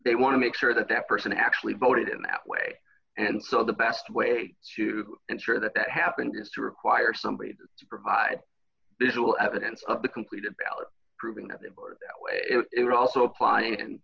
they want to make sure that that person actually voted in that way and so the best way to ensure that that happened is to require somebody to provide this will evidence of the completed ballot proving that they were also applying